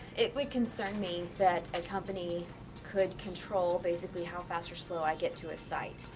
it would concern me that a company could control basically how fast or slow i get to a site.